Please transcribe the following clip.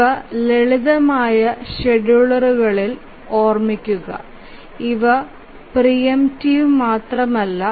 ഇവ ലളിതമായ ഷെഡ്യൂളറുകളാണെന്ന് ഓർമ്മിക്കുക ഇവ പ്രീ എംപ്റ്റീവ് മാത്രമല്ല